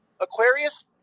Aquarius